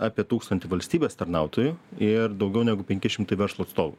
apie tūkstantį valstybės tarnautojų ir daugiau negu penki šimtai verslo atstovų